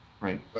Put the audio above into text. right